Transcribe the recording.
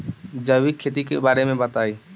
जैविक खेती के बारे में बताइ